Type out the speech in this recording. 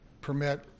permit